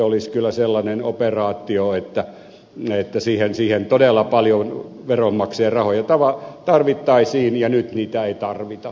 olisivat kyllä sellainen operaatio että siihen todella paljon veronmaksajien rahoja tarvittaisiin ja nyt niitä ei tarvita